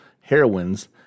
Heroines